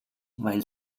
weil